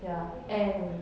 ya and